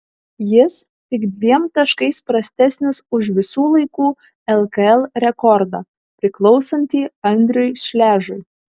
jis tik dviem taškais prastesnis už visų laikų lkl rekordą priklausantį andriui šležui